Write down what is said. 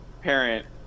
parent